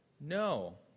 No